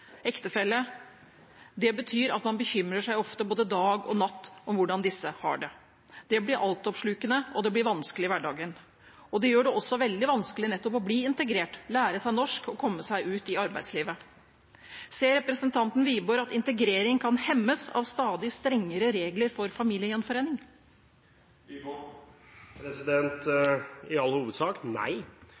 ektefelle – betyr at man ofte bekymrer seg både dag og natt for hvordan disse har det. Det blir altoppslukende, og det blir vanskelig i hverdagen. Det gjør det også veldig vanskelig å bli integrert, lære seg norsk og komme seg ut i arbeidslivet. Ser representanten Wiborg at integrering kan hemmes av stadig strengere regler for familiegjenforening? I all hovedsak nei,